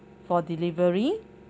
for delivery